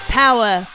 power